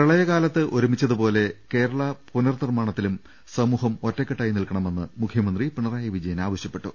പ്രളയകാലത്ത് ഒരുമിച്ചതുപോലെ കേരള പുനർനിർമാണ ത്തിലും സമൂഹം ഒറ്റക്കെട്ടായി നിൽക്കണമെന്ന് മുഖ്യമന്ത്രി പിണ റായി വിജയൻ ആവശ്യപ്പെട്ടു